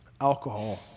alcohol